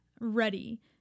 ready